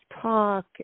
talk